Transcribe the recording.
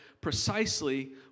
precisely